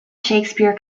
shakespeare